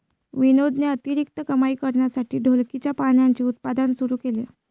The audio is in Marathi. विनोदने अतिरिक्त कमाई करण्यासाठी ढोलकीच्या पानांचे उत्पादन सुरू केले